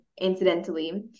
incidentally